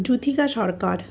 Juthika Sarkar